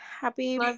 happy